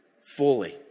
fully